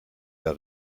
der